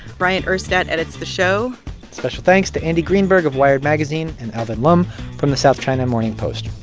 bryant urstadt edits the show special thanks to andy greenberg of wired magazine and alvin lum from the south china morning post.